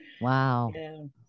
Wow